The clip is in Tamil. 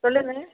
சொல்லுங்கள்